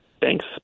Thanks